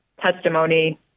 testimony